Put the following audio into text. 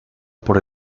por